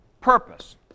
Purpose